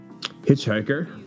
hitchhiker